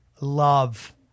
love